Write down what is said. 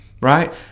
right